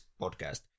podcast